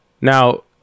Now